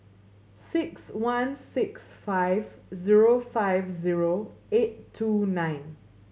six one six five zero five zero eight two nine